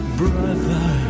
brother